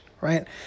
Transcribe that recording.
right